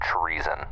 treason